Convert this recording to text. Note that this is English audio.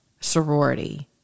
sorority